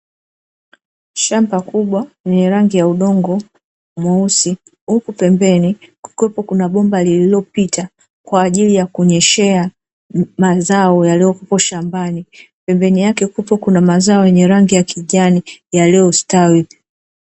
Shamba kubwa lenye rangi ya udongo mweusi huku pembeni, kukiwa na bomba lililopita kwa ajili ya kunyeshea mazao yaliyoko shambani, pembeni yake kukiwa na mazao yaliyo stawi.